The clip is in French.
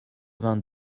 vingt